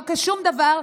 לא כשום דבר,